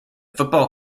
football